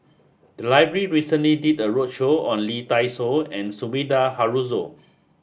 the library recently did a roadshow on Lee Dai Soh and Sumida Haruzo